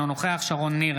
אינו נוכח שרון ניר,